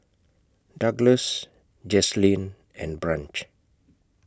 Douglas Jazlene and Branch